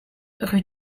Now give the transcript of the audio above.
rue